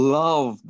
love